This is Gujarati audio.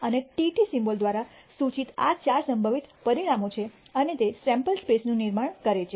અને TT સિમ્બોલ દ્વારા સૂચિત આ ચાર સંભવિત પરિણામો છે અને તે સેમ્પલ સ્પેસ નું નિર્માણ કરે છે